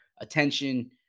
attention